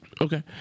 Okay